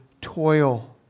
toil